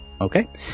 Okay